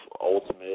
Ultimate